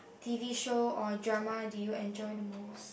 t_v show or drama do you enjoy the most